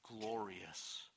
glorious